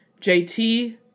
JT